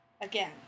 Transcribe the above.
Again